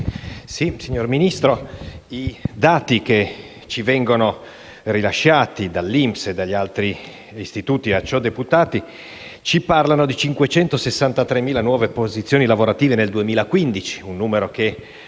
Signora Presidente, i dati che ci vengono forniti dall'INPS e dagli altri istituti a ciò deputati ci parlano di 563.000 nuove posizioni lavorative nel 2015, un numero che